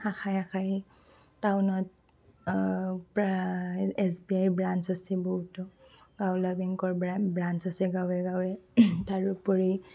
শাখাই শাখাই টাউনত প্ৰায় এছ বি আই ৰ ব্ৰাঞ্চ আছে বহুতো গাঁৱলীয়া বেংকৰ ব্ৰ ব্ৰাঞ্চ আছে গাঁৱে গাঁৱে তাৰোপৰি